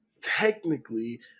technically